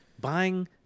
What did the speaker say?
buying